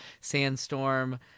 Sandstorm